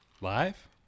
Live